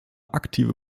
aktive